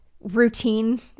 routine